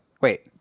wait